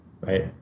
right